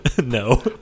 No